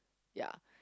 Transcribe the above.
ya